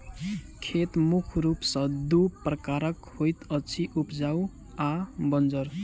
खेत मुख्य रूप सॅ दू प्रकारक होइत अछि, उपजाउ आ बंजर